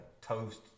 toast